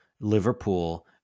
Liverpool